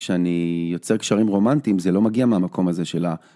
כשאני יוצא קשרים רומנטיים, זה לא מגיע מהמקום הזה של ה...